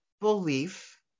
belief